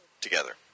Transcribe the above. together